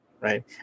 Right